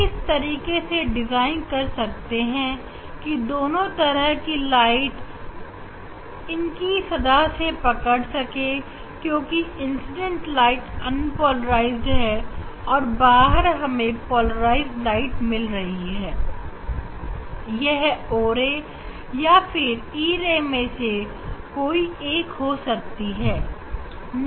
आप इस तरीके से डिज़ाइन कर सकते हैं कि दोनों तरह की लाइट को इनकी धरातल से पकड़ सके क्योंकि इंसीडेंट एंगल अन्पोलराइज है और बाहर हमें पोलाराइज लाइट मिल रही है यह o ray या फिर e ray मैं से कोई एक हो सकती है